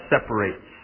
separates